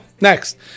Next